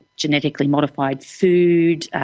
genetically modified food,